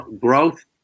Growth